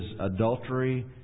adultery